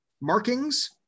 markings